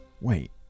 Wait